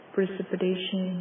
Precipitation